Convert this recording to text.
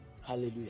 Hallelujah